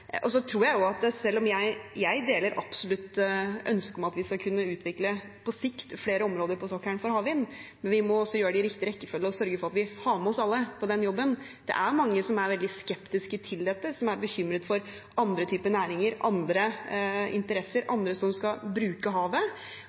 Jeg deler absolutt ønsket om at vi på sikt skal kunne utvikle flere områder for havvind på sokkelen, men vi må gjøre det i riktig rekkefølge og sørge for at vi har med oss alle på den jobben. Det er mange som er veldig skeptiske til dette, som er bekymret for andre typer næringer, andre interesser, andre som skal bruke havet,